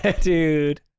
Dude